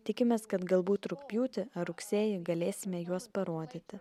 tikimės kad galbūt rugpjūtį ar rugsėjį galėsime juos parodyti